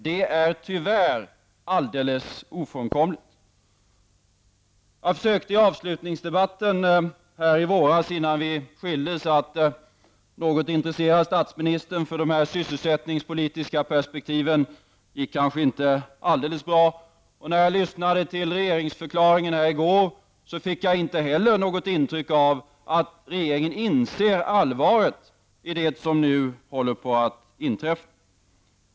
Det är tyvärr alldeles ofrånkomligt. Jag försökte i avslutningsdebatten i våras innan vi skildes att något intressera statsministern för dessa sysselsättningspolitiska perspektiv. Det gick kanske inte alldeles bra. När jag lyssnade till regeringsförklaringen i går fick jag inte heller något intryck av att regeringen inser allvaret i det som nu håller på att inträffa.